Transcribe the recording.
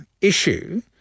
issue